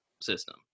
system